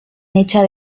hechas